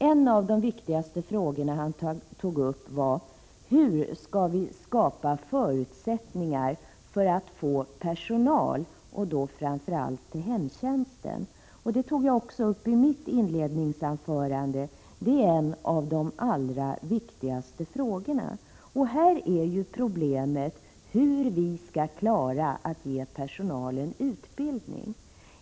En av de viktigaste frågorna han tog upp var hur vi skall skapa förutsättningar för att få personal, framför allt till hemtjänsten. Det berörde jag i mitt inledningsanförande. Det är en av de allra viktigaste frågorna. Problemet är hur vi skall klara av att ge personalen utbildning.